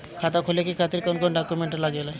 खाता खोले के खातिर कौन कौन डॉक्यूमेंट लागेला?